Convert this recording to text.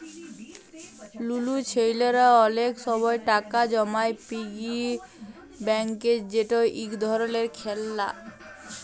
লুলু ছেইলারা অলেক সময় টাকা জমায় পিগি ব্যাংকে যেট ইক ধরলের খেললা